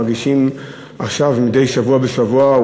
מגישים מדי שבוע בשבוע,